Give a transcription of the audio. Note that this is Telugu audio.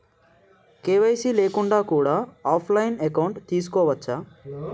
కే.వై.సీ లేకుండా కూడా ఆఫ్ లైన్ అకౌంట్ తీసుకోవచ్చా?